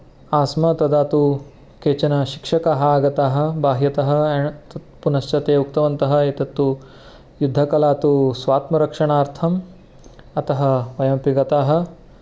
आस्म तदा तु केचन शिक्षकाः आगताः बह्यतः पुनश्च ते उक्तवन्तः एतत् तु युद्धकला तु स्वात्मरक्षणार्थम् अतः वयमपि गताः